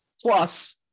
Plus